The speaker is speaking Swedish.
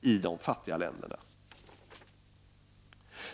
i de fattiga länderna.